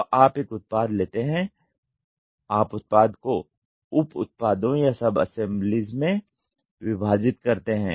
तो आप एक उत्पाद लेते हैं तो आप उत्पाद को उप उत्पादों या सब असेंबली में विभाजित करते हैं